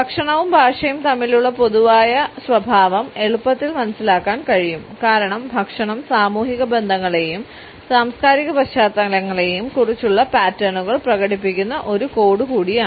ഭക്ഷണവും ഭാഷയും തമ്മിലുള്ള പൊതുവായ സ്വഭാവം എളുപ്പത്തിൽ മനസിലാക്കാൻ കഴിയും കാരണം ഭക്ഷണം സാമൂഹിക ബന്ധങ്ങളെയും സാംസ്കാരിക പശ്ചാത്തലങ്ങളെയും കുറിച്ചുള്ള പാറ്റേണുകൾ പ്രകടിപ്പിക്കുന്ന ഒരു കോഡ് കൂടിയാണ്